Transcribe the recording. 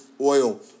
oil